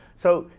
so,